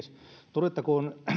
todettakoon